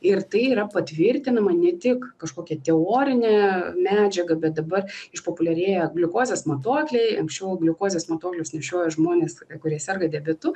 ir tai yra patvirtinama ne tik kažkokia teorine medžiaga bet dabar išpopuliarėja gliukozės matuokliai anksčiau gliukozės matuoklius nešiojo žmonės kurie serga diabetu